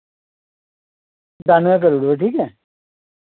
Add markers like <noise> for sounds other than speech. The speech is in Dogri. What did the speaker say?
<unintelligible> करूड़ेओ ठीक ऐ